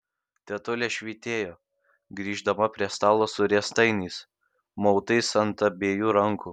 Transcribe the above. tetulė švytėjo grįždama prie stalo su riestainiais mautais ant abiejų rankų